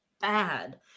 bad